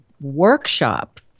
workshop